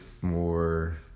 more